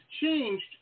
changed